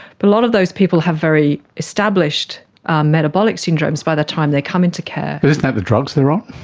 but a lot of those people have very established metabolic syndromes by the time they come into care. but isn't that the drugs they are on?